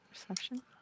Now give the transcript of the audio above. Perception